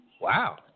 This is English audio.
Wow